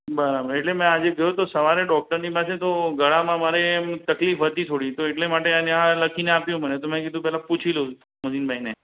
બરાબર એટલે મેં આજે જોયું તો સવારે ડૉક્ટરની પાસે તો ગળામાં મારે તકલીફ હતી થોડી તો એટલે માટે અને આ લખીને આપ્યું મને તો મેં કીધું પહેલાં પૂછી લઉં મોહસીનભાઈને